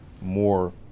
more